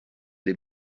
des